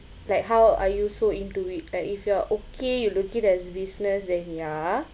like how are you so into it like if you are okay you look it as business then ya